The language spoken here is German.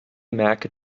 merke